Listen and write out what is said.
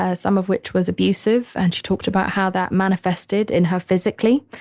ah some of which was abusive, and she talked about how that manifested in her physically.